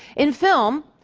in film,